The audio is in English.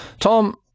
Tom